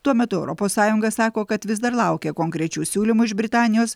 tuo metu europos sąjunga sako kad vis dar laukia konkrečių siūlymų iš britanijos